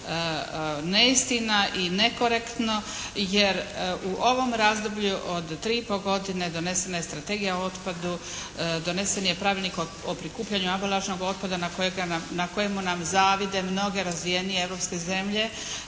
neistina i nekorektno, jer u ovom razdoblju od tri i pol godine donesena je Strategija o otpadu, donesen je Pravilnik o prikupljanju ambalažnog otpada na kojemu nam zavide mnoge razvijenije europske zelje.